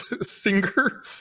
singer